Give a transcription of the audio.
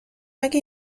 اگه